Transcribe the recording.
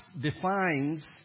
defines